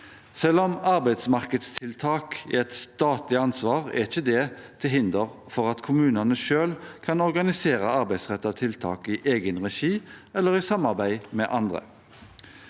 Selv om arbeidsmarkedstiltak er et statlig ansvar, er ikke det til hinder for at kommunene selv kan organisere arbeidsrettede tiltak i egen regi eller i samarbeid med andre.